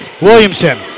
Williamson